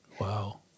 Wow